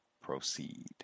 proceed